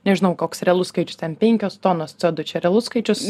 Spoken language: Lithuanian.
nežinau koks realus skaičius ten penkios tonos co du čia realus skaičius